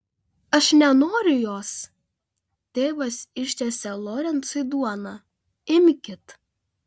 aš nenoriu jos tėvas ištiesė lorencui duoną imkit